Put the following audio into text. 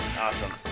Awesome